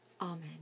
Amen